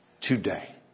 Today